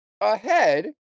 ahead